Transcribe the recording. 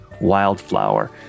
Wildflower